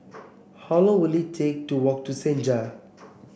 how long will it take to walk to Senja